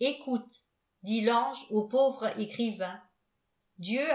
m eowaf dit tan ai pauvre écrivain dieu